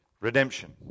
redemption